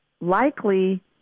likely